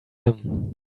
him